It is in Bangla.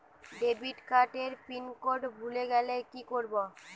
ডেবিটকার্ড এর পিন কোড ভুলে গেলে কি করব?